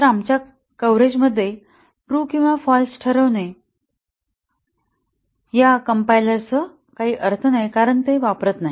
तर आमच्या कव्हरेजमध्ये ट्रू किंवा फाल्स ठरविणे या कंपाईलरसह काही अर्थ नाही कारण ते वापरत नाही